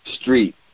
street